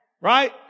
right